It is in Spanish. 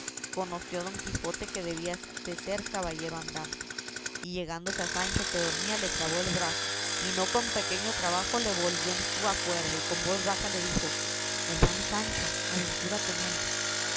conoció don quijote que debía de ser caballero andante y llegándose a sancho que dormía le trabó del brazo y con no pequeño trabajo le volvió en su acuerdo y con voz baja le dijo hermano sancho aventura tenemos